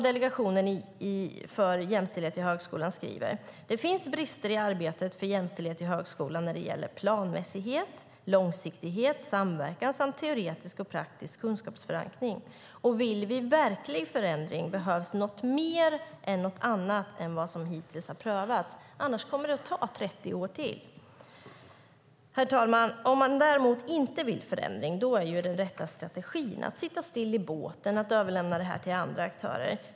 Delegationen för jämställdhet i högskolan har skrivit följande: Det finns brister i arbetet för jämställdhet i högskolan när det gäller planmässighet, långsiktighet, samverkan samt teoretisk och praktisk kunskapsförankring. Vill vi ha en verklig förändring behövs något mer än det som hittills har prövats, annars kommer det att ta 30 år till. Herr talman! Om man däremot inte vill ha en förändring är den rätta strategin att sitta still i båten och att överlämna detta till andra aktörer.